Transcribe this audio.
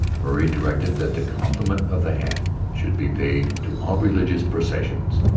murray directed that the compliment of the hat should be paid to all religious processions.